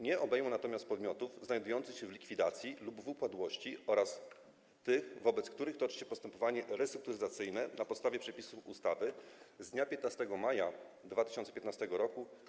Nie obejmą natomiast podmiotów znajdujących się w likwidacji lub w upadłości oraz tych, wobec których toczy się postępowanie restrukturyzacyjne na podstawie przepisów ustawy z dnia 15 maja 2015 r.